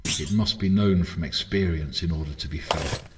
it must be known from experience, in order to be felt.